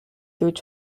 through